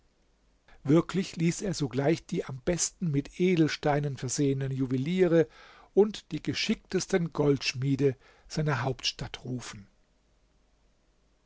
wirklich ließ er sogleich die am besten mit edelsteinen versehenen juweliere und die geschicktesten goldschmiede seiner hauptstadt rufen